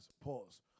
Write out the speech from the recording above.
Pause